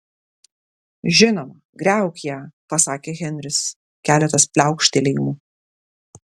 žinoma griauk ją pasakė henris keletas pliaukštelėjimų